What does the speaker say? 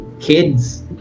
kids